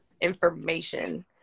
information